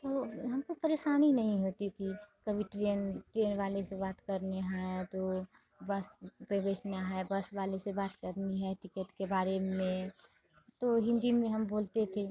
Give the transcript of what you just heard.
तो हमको परेशानी नहीं होती थी कभी ट्रेन ट्रेन वाले से बात करनी है तो बस पे बैठना है बस वाले से बात करनी है टिकट के बारे में तो हिन्दी में हम बोलते थे